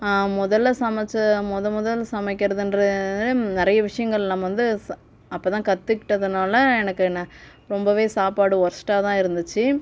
முதல சமைச்ச முத முதல சமைக்கறதுன்ற நிறைய விஷயங்கள் நம்ம வந்து ச அப்போ தான் கத்துக்கிட்டதனால எனக்கு நான் ரொம்பவே சாப்பாடு ஒர்ஸ்ட்டாதான் இருந்துச்சு